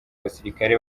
abasirikare